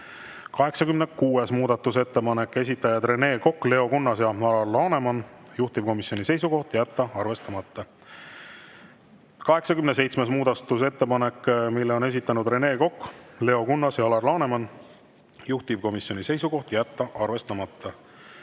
86. muudatusettepanek, esitajad Rene Kokk, Leo Kunnas ja Alar Laneman. Juhtivkomisjoni seisukoht: jätta arvestamata. 87. muudatusettepanek, mille on esitanud Rene Kokk, Leo Kunnas ja Alar Laneman. Juhtivkomisjoni seisukoht: jätta arvestamata.